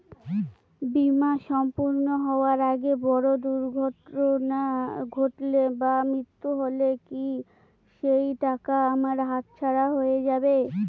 বীমা সম্পূর্ণ হওয়ার আগে বড় দুর্ঘটনা ঘটলে বা মৃত্যু হলে কি সেইটাকা আমার হাতছাড়া হয়ে যাবে?